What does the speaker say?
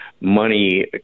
money